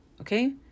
Okay